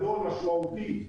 משמעותי,